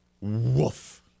Woof